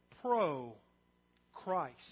pro-Christ